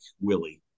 Willie